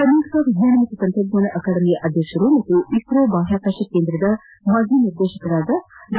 ಕರ್ನಾಟಕ ವಿಜ್ಞಾನ ಮತ್ತು ತಂತ್ರಜ್ಞಾನ ಅಕಾಡೆಮಿಯ ಅಧ್ಯಕ್ಷರು ಮತ್ತು ಇಸ್ತೋ ಬಾಹ್ಕಾಕಾಶ ಕೇಂದ್ರ ಮಾಜಿ ನಿರ್ದೇಶಕರಾದ ಡಾ